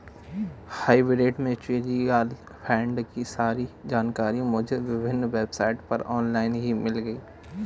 hybrid mutual fund की सारी जानकारी मुझे विभिन्न वेबसाइट पर ऑनलाइन ही मिल गयी